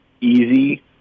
easy